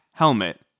helmet